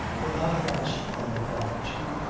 were not lost upon the prophet, who,